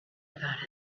about